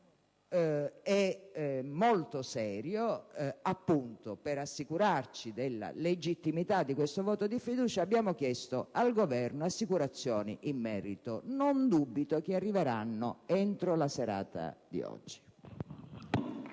e molto serio, per assicurarci della legittimità di questo voto di fiducia abbiamo chiesto al Governo assicurazioni in merito. Non dubito che arriveranno entro la serata di oggi.